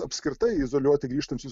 apskritai izoliuoti grįžtančius